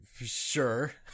Sure